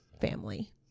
family